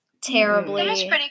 terribly